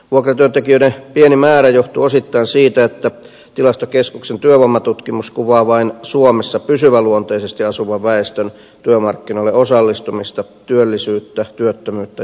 vuokratyöntekijöiden pieni määrä johtuu osittain siitä että tilastokeskuksen työvoimatutkimus kuvaa vain suomessa pysyväisluonteisesti asuvan väestön työmarkkinoille osallistumista työllisyyttä työttömyyttä ja työaikaa